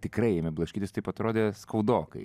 tikrai ėmė blaškytis taip atrodė skaudokai